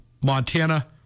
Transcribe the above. Montana